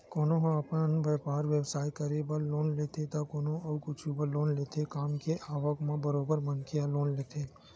कोनो ह अपन बइपार बेवसाय करे बर लोन लेथे त कोनो अउ कुछु बर लोन लेथे काम के आवक म बरोबर मनखे ह लोन लेथे